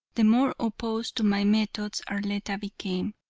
the more opposed to my methods arletta became.